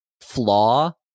flaw